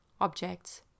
objects